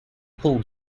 paul